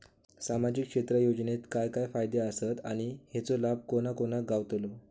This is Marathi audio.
सामजिक क्षेत्र योजनेत काय काय फायदे आसत आणि हेचो लाभ कोणा कोणाक गावतलो?